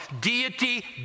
Deity